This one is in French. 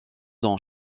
dans